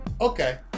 okay